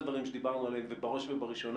אני רוצה להתחבר כאן, גם אתה וגם פרופסור